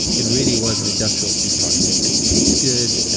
it really was an industrial food product it didn't taste good.